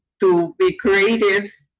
to be creative